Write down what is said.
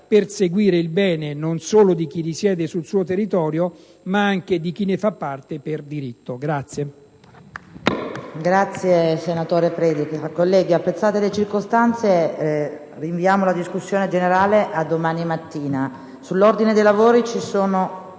perseguire il bene non solo di chi risiede sul suo territorio, ma anche di chi ne fa parte per diritto.